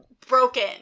broken